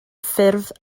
ffurf